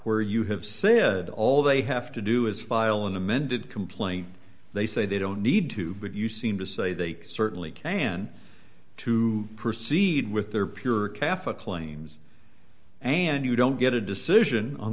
where you have said all they have to do is file an amended complaint they say they don't need to but you seem to say they certainly can to proceed with their pure kaffir claims and you don't get a decision on